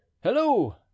Hello